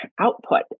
output